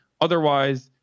otherwise